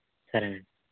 సరేనండి